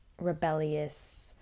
rebellious